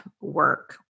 work